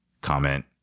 comment